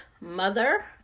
mother